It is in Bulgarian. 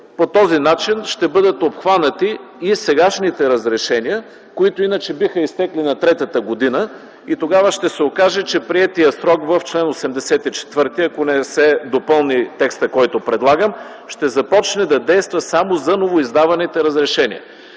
По този начин ще бъдат обхванати и сегашните разрешения, които иначе биха изтекли на третата година, и тогава ще се окаже, че приетият срок в чл. 84, ако не се допълни текстът, който предлагам, ще започне да действа само за новоиздаваните разрешения.